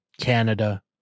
Canada